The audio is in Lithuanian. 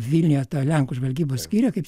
vilniuje tą lenkų žvalgybos skyrių kaip